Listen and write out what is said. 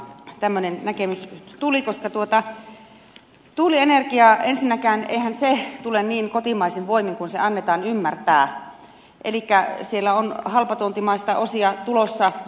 tämmöinen näkemys tuli koska eihän tuulienergia ensinnäkään tule niin kotimaisin voimin kuin annetaan ymmärtää elikkä siellä on halpatuontimaista osia tulossa